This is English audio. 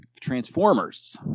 Transformers